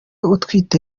utwite